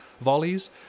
volleys